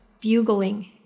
bugling